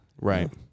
Right